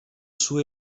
suo